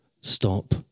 stop